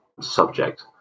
subject